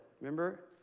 Remember